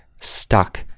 Stuck